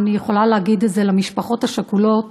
ואני יכולה להגיד את זה למשפחות השכולות,